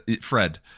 Fred